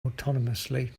autonomously